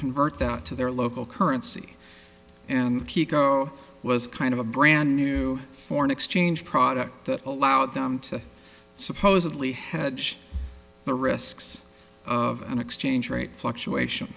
that to their local currency and kiko was kind of a brand new foreign exchange product that allowed them to supposedly hedge the risks of an exchange rate fluctuation